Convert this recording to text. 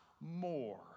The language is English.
more